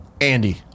Andy